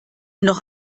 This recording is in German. noch